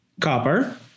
Copper